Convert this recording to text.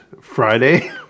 Friday